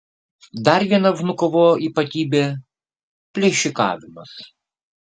dar viena vnukovo ypatybė plėšikavimas